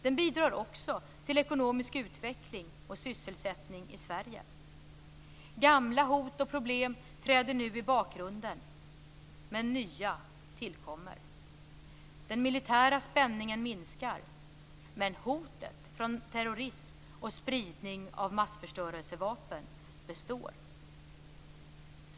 Den bidrar också till ekonomisk utveckling och sysselsättning i Gamla hot och problem träder nu i bakgrunden, men nya tillkommer. Den militära spänningen minskar, men hotet från terrorism och spridning av massförstörelsevapen består.